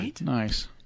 Nice